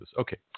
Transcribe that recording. Okay